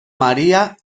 maría